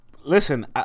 Listen